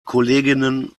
kolleginnen